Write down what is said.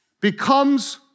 becomes